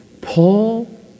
Paul